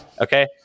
okay